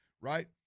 right